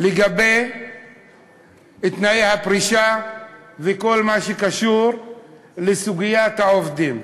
לגבי תנאי הפרישה וכל מה שקשור לסוגיית העובדים.